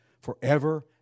forever